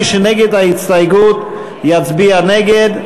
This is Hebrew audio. מי שנגד ההסתייגות יצביע נגד.